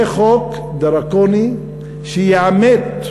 זה חוק דרקוני שיעמת,